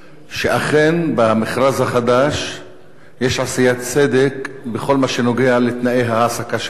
שאכן במכרז החדש יש עשיית צדק בכל מה שנוגע לתנאי ההעסקה של המורים.